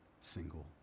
single